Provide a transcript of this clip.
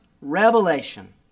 revelation